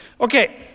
Okay